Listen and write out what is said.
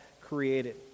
created